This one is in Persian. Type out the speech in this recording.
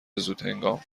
زودهنگام